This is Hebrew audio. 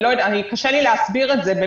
קשה לי להסביר את זה.